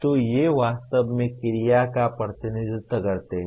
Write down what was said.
तो ये वास्तव में क्रिया का प्रतिनिधित्व करते हैं